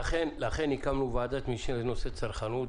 לכן הקמנו ועדת משנה לנושא צרכנות,